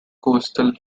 coastal